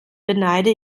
beneide